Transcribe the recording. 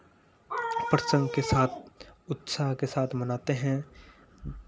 प्रसंग के साथ उत्साह के साथ मनाते हैं